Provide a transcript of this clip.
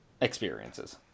experiences